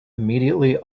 immediately